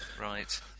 Right